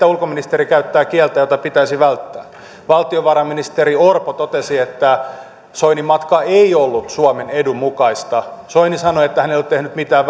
ulkoministeri käyttää kieltä jota pitäisi välttää valtiovarainministeri orpo totesi että soinin matka ei ollut suomen edun mukaista soini sanoi että hän ei ole tehnyt mitään